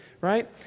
right